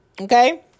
Okay